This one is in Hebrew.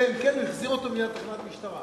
אלא אם כן הוא החזיר אותם מייד לתחנת המשטרה.